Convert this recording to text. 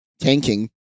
tanking